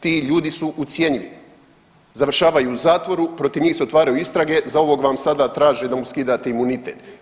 Ti ljudi su ucjenjivi, završavaju u zatvoru, protiv njih se otvaraju istrage, za ovog vam sada traže da mu skidate imunitet.